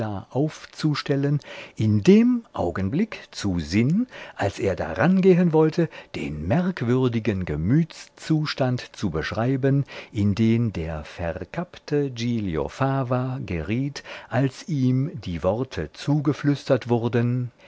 aufzustellen in dem augenblick zu sinn als er darangehen wollte den merkwürdigen gemütszustand zu beschreiben in den der verkappte giglio fava geriet als ihm die worte zugeflüstert wurden